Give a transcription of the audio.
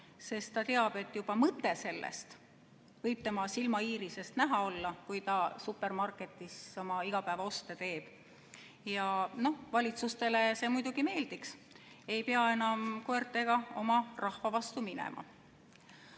sest ta teab, et juba mõte sellest võib tema silmaiirisest näha olla, kui ta supermarketis oma igapäevaoste teeb. Noh, valitsustele see muidugi meeldiks, ei pea enam koertega oma rahva vastu minema.